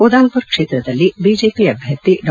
ಉದಾಂಪುರ್ ಕ್ಷೇತ್ರದಲ್ಲಿ ಬಿಜೆಪಿ ಅಭ್ಯರ್ಥಿ ಡಾ